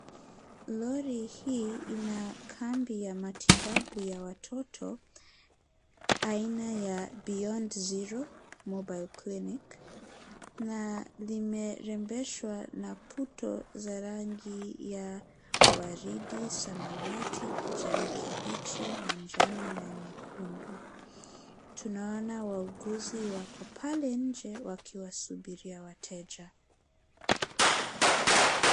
Lori hii ina kambi ya matibabu ya watoto, aina ya Beyond Zero mobile clinic , na limerembeshwa na puto za rangi ya waridi, samawati, kijani kibichi, manjano na nyekundu. Tunaona wauguzi wako pale nje wakiwasubiria wateja.